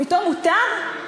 פתאום מותר?